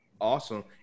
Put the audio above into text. Awesome